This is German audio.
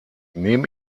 neben